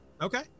okay